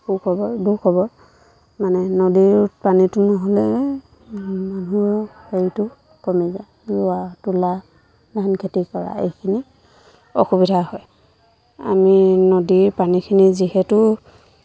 সু খবৰ দুঃখবৰ মানে নদীৰ পানীটো নহ'লে মানুহ হেৰিটো কমি যায় ৰোৱা তোলা ধান খেতি কৰা এইখিনি অসুবিধা হয় আমি নদীৰ পানীখিনি যিহেতু